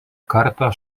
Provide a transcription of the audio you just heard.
kartą